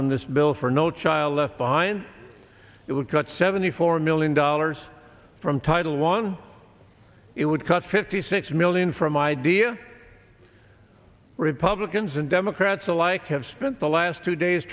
from this bill for no child left behind it would cut seventy four million dollars from title one it would cut fifty six million from idea republicans and democrats alike have spent the last two days